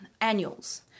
annuals